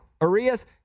Arias